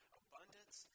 abundance